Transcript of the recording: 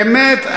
באמת,